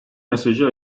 mesajı